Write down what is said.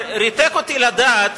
ריתק אותי לדעת